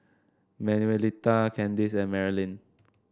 Manuelita Kandice and Marilyn